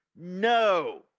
No